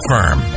Firm